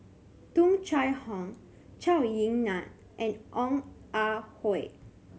Tung Chye Hong Zhou Ying Nan and Ong Ah Hoi